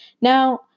Now